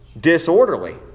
disorderly